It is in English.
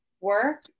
work